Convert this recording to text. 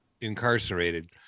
incarcerated